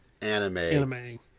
anime